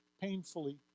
painfully